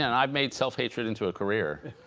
and i've made self-hatred into a career